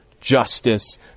justice